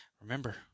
remember